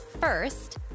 First